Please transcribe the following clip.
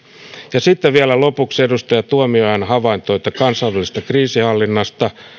ja sitten vielä lopuksi edustaja tuomiojan havaintoon kansainvälisestä kriisinhallinnasta